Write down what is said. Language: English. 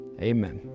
Amen